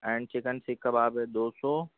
and chicken سیخ کباب ہے دو سو